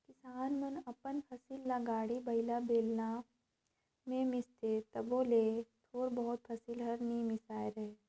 किसान मन अपन फसिल ल गाड़ी बइला, बेलना मे मिसथे तबो ले थोर बहुत फसिल हर नी मिसाए रहें